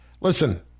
listen